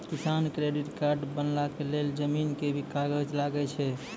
किसान credit card बनबा के लेल जमीन के भी कागज लागै छै कि?